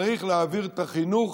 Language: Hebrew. צריך להעביר את החינוך